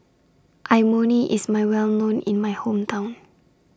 Imoni IS My Well known in My Hometown